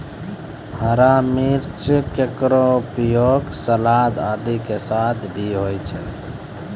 हरा मिर्च केरो उपयोग सलाद आदि के साथ भी होय छै